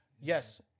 Yes